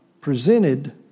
presented